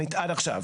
עד עכשיו.